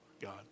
God